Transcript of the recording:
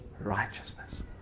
righteousness